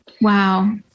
Wow